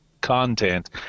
content